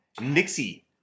Nixie